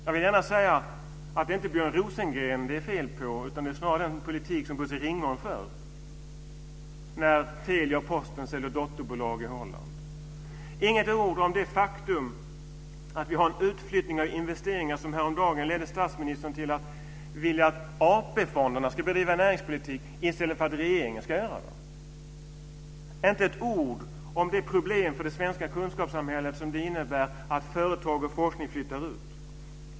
Jag vill gärna säga att det inte är Björn Rosengren som det är fel på, utan snarare på den politik som Bosse Ringholm för, när Telia och Det nämns inte ett ord om det faktum att vi har en utflyttning av investeringar som häromdagen ledde statsministern till att vilja att AP-fonderna skulle bedriva näringspolitik i stället för att regeringen ska göra det. Det nämns inte ett ord om det problem för det svenska kunskapssamhället som det innebär att företag och forskning flyttar ut.